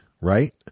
right